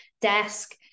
desk